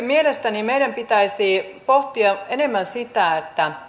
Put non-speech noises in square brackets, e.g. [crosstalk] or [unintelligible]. [unintelligible] mielestäni meidän pitäisi myöskin pohtia enemmän sitä